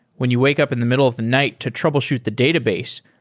when you wake up in the middle of the night to troubleshoot the database,